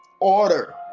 order